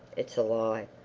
it's a lie!